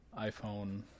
iphone